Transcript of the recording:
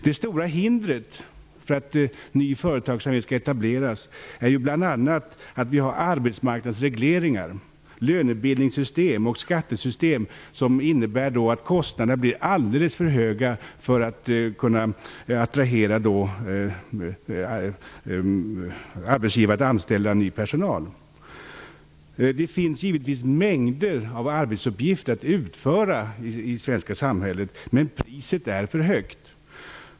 Det stora hindret för att ny företagsamhet skall etableras är bl.a. att vi har arbetsmarknadsregleringar, lönebildningssystem och skattesystem som innebär att kostnaderna blir alldeles för höga för att kunna attrahera arbetsgivare att anställa ny personal. Det finns givetvis mängder av arbetsuppgifter att utföra i det svenska samhället, men priset är för högt.